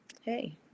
hey